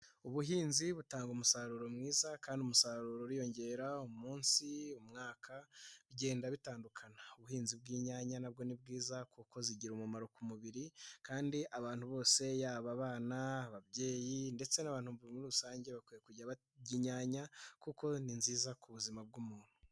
Ubuhinzi butanga umusaruro mwiza, kandi umusaruro uriyongera umunsi, umwaka, bigenda bitandukana. Ubuhinzi bw'inyanya nabwo ni bwiza kuko zigira umumaro ku mubiri, kandi abantu bose yaba abana, ababyeyi ndetse n'abantu muri rusange, bakwiye kujya barya inyanya, kuko ni nziza ku buzima bw'umuntu.